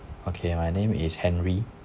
okay my name is henry